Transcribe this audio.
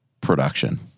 production